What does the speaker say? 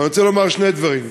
אבל אני רוצה לומר שני דברים: